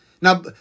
Now